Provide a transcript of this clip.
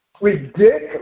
ridiculous